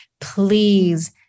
please